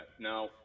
Now